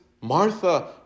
Martha